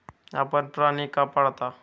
आपण प्राणी का पाळता?